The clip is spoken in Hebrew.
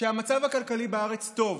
שהמצב הכלכלי בארץ טוב,